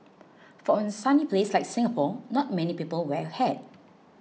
for a sunny place like Singapore not many people wear a hat